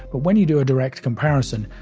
but when you do a direct comparison,